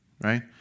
Right